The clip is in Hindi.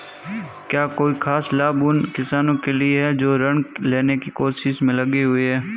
क्या कोई खास लाभ उन किसानों के लिए हैं जो ऋृण लेने की कोशिश में लगे हुए हैं?